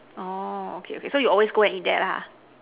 orh okay okay so you always go and eat there lah